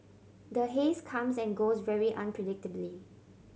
the haze comes and goes very unpredictably